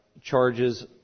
charges